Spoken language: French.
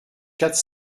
quatre